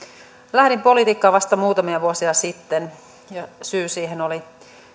lähdin politiikkaan vasta muutamia vuosia sitten ja syy siihen oli